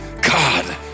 God